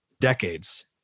decades